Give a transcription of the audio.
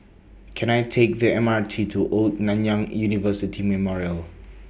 Can I Take The M R T to Old Nanyang University Memorial